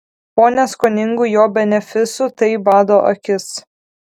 po neskoningų jo benefisų tai bado akis